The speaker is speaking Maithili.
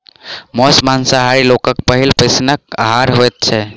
मौस मांसाहारी लोकक पहिल पसीनक आहार होइत छै